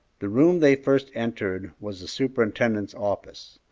the room they first entered was the superintendent's office.